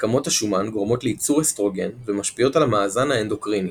רקמות השומן גורמת לייצור אסטרוגן ומשפיעות על המאזן האנדוקריני.